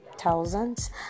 thousands